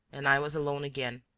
and i was alone again,